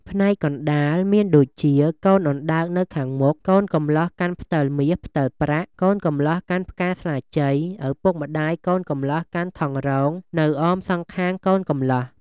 ផ្នែកកណ្តាល មានដូចជាកូនអណ្តើកនៅខាងមុខកូនកំលោះកាន់ផ្តិលមាសផ្តិលប្រាក់ កូនកំលោះកាន់ផ្កាស្លាជ័យ ឪពុកម្តាយកូនកំលោះកាន់ថង់រងនៅអមសងខាងកូនកំលោះ។